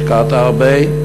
השקעת הרבה,